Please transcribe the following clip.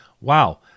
Wow